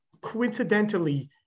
coincidentally